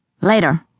Later